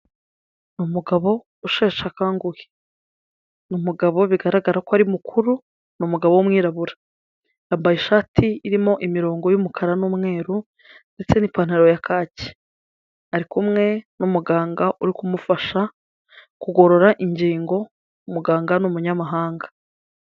Ni umugabo usheshe akanguhe, ni umugabo bigaragara ko ari mukuru, ni umugabo w'umwirabura, yambaye ishati irimo imirongo y'umukara n'umweru ndetse n'ipantaro ya kaki, ari kumwe n'umuganga uri kumufasha kugorora ingingo, umuganga ni umunnyamahanga.